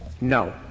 No